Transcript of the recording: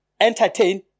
entertain